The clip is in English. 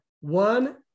One